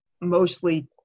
mostly